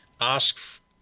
ask